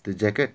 त्यो ज्याकेट